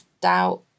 doubt